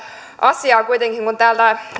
asiaa kuitenkin kun täältä